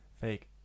Fake